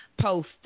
post